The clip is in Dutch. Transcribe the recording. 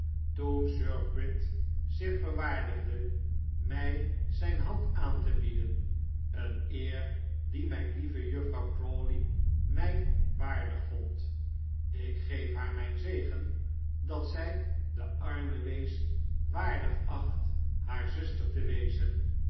toen sir pitt zich verwaardigde mij zijn hand aan te bieden een eer die mijn lieve juffrouw crawley mij waardig vond ik geef haar mijn zegen dat zij de arme wees waardig acht haar zuster te wezen